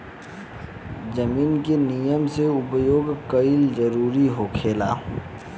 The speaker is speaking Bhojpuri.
जमीन के निमन से उपयोग कईल जरूरी होखेला